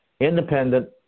independent